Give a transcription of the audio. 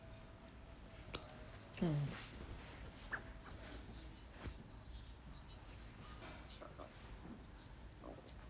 mm